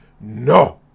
No